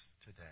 today